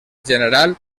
general